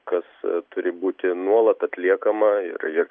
kas turi būti nuolat atliekama ir ir